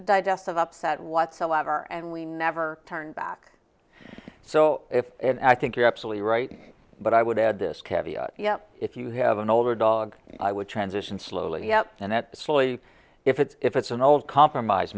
digestive upset whatsoever and we never turn back so if i think you're absolutely right but i would add this caviar if you have an older dog i would transition slowly up and it slowly if it's if it's an old compromise